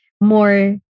more